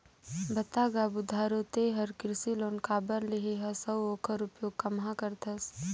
बता गा बुधारू ते हर कृसि लोन काबर लेहे हस अउ ओखर उपयोग काम्हा करथस